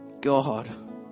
God